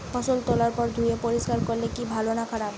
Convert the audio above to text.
ফসল তোলার পর ধুয়ে পরিষ্কার করলে কি ভালো না খারাপ?